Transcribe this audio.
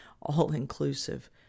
all-inclusive